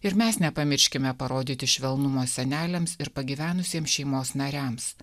ir mes nepamirškime parodyti švelnumo seneliams ir pagyvenusiems šeimos nariams